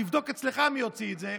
תבדוק אצלך מי הוציא את זה,